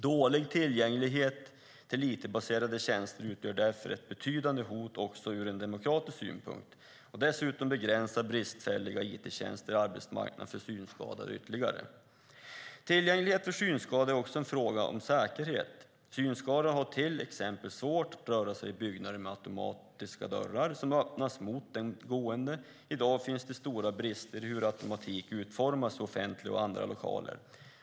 Dålig tillgänglighet till it-baserade tjänster utgör därför ett betydande hot också ur demokratisk synpunkt. Dessutom begränsar bristfälliga it-tjänster arbetsmarknaden för synskadade ytterligare. Tillgänglighet för synskadade är också en fråga om säkerhet. Synskadade har till exempel svårt att röra sig i byggnader med automatiska dörrar som öppnas mot den gående. I dag finns det stora brister i hur automatik utformas i offentliga och andra lokaler.